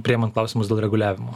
priimant klausimus dėl reguliavimo